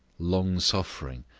long-suffering,